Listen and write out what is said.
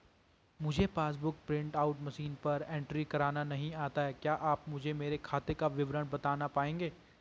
मुझे passbook book print out machine पर entry करना नहीं आता है क्या आप मुझे मेरे खाते का विवरण बताना पाएंगे?